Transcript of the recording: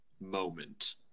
moment